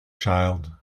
child